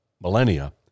millennia